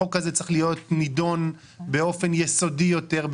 החוק הזה צריך להידון באופן יסודי יותר,